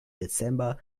dezember